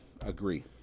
agree